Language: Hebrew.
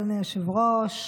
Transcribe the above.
אדוני היושב-ראש,